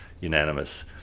unanimous